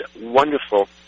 wonderful